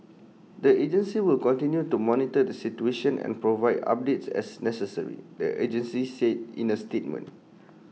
the agency will continue to monitor the situation and provide updates as necessary the agency said in A statement